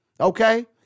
Okay